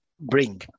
bring